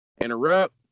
interrupt